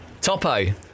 Topo